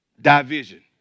division